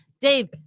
Dave